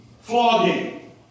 Flogging